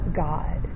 god